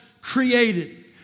created